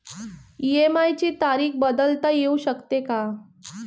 EMI ची तारीख बदलता येऊ शकते का?